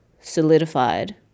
solidified